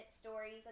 stories